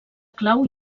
clau